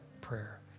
prayer